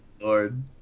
lord